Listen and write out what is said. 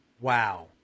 Wow